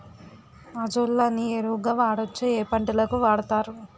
Azolla ని ఎరువు గా వాడొచ్చా? ఏ పంటలకు వాడతారు?